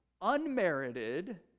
unmerited